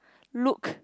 look